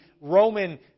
Roman